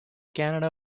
canada